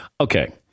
Okay